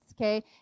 Okay